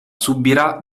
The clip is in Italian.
subirà